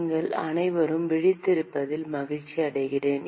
நீங்கள் அனைவரும் விழித்திருப்பதில் மகிழ்ச்சி அடைகிறேன்